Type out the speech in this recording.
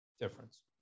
difference